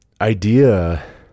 idea